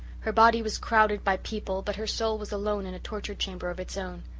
her body was crowded by people but her soul was alone in a torture-chamber of its own.